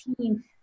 team